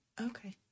Okay